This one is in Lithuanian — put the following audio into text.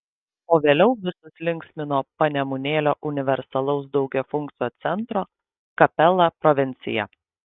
o vėliau visus linksmino panemunėlio universalaus daugiafunkcio centro kapela provincija